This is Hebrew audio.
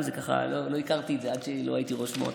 לא הכרתי את זה עד שלא הייתי ראש מועצה.